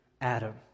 Adam